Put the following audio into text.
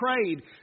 prayed